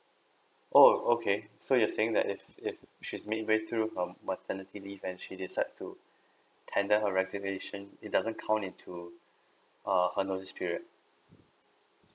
oh okay so you are saying that if if she's midway through her maternity leave and she decides to tender her resignation it doesn't count into err her notice period